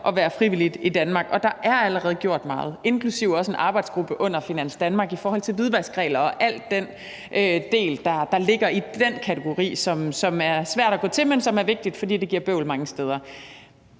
at være frivillig i Danmark. Og der er allerede gjort meget, også inklusive etableringen af en arbejdsgruppe under Finans Danmark i forhold til hvidvaskregler og alt det, der ligger i den kategori, som er svært at gå til, men som er vigtigt, fordi det giver bøvl mange steder.